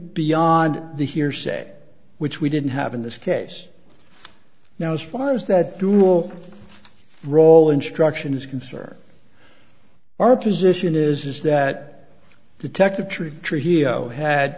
beyond the hearsay which we didn't have in this case now as far as that dual role instruction is concerned our position is is that detective true trujillo had